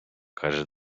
каже